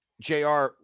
JR